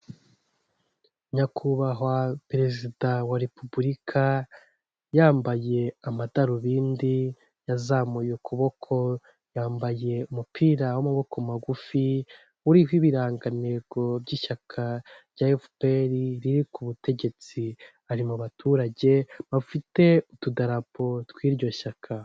Nyakubahwa Perezida wa Repubulika yambaye amadarubindi, yazamuye ukuboko, yambaye umupira w'amaboko magufi uriho ibirangantego by'ishyaka rya FPR riri ku butegetsi. Ari mu baturage bafite utudarapo tw'iryo shyaka.